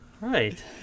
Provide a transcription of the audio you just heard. Right